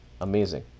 amazing